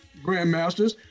grandmasters